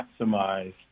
maximize